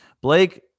Blake